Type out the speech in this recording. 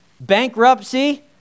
bankruptcy